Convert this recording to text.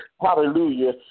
Hallelujah